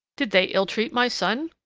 did they ill-treat my son?